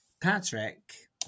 Patrick